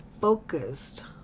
focused